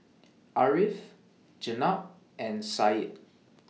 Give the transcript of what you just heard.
Ariff Jenab and Syed